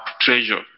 treasure